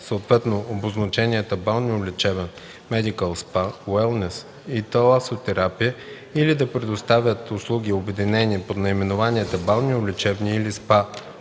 съответно обозначенията „Балнеолечебен (Медикъл СПА)”, „Уелнес” и „Таласотерапия” или да предоставят услуги, обединени под наименованията „Балнеолечебни” или